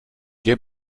der